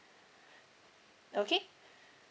okay